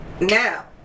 now